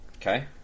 Okay